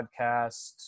podcast